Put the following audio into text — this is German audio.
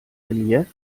relief